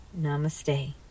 Namaste